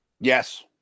Yes